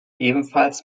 ebenfalls